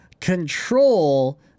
Control